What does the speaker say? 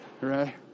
right